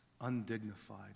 undignified